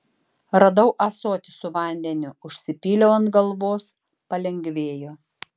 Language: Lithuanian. radau ąsotį su vandeniu užsipyliau ant galvos palengvėjo